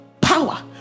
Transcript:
power